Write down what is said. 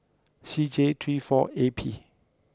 C J three four A P